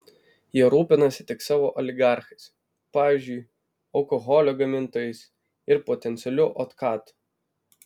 jie rūpinasi tik savo oligarchais pavyzdžiui alkoholio gamintojais ir potencialiu otkatu